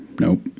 Nope